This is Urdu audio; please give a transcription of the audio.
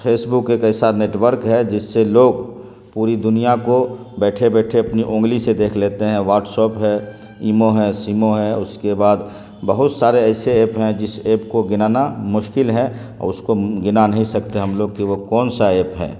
فیس بک ایک ایسا نیٹورک ہے جس سے لوگ پوری دنیا کو بیٹھے بیٹھے اپنی انگلی سے دیکھ لیتے ہیں واٹسپ ہے ایمو ہے سیمو ہے اس کے بعد بہت سارے ایسے ایپ ہیں جس ایپ کو گنانا مشکل ہے اور اس کو گنا نہیں سکتے ہم لوگ کہ وہ کون سا ایپ ہیں